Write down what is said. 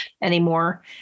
anymore